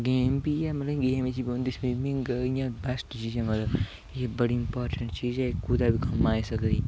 game बी ऐ ते गेमें च मतलव इक बैस्ट चीज ऐ स्विमिंग एह् इम्पार्टेंट चीज ऐ कुदे बी कम्म आई सकदी